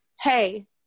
Hey